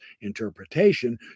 interpretation